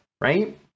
right